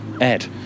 Ed